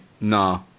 nah